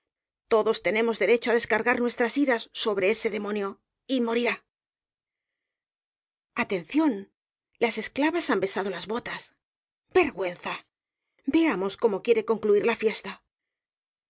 todos tenemos derecho á descargar nuestras iras sobre ese demonio y morirá atención las esclavas han besado las botas vergüenza veamos cómo quiere concluir la fiesta el